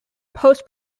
post